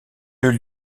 deux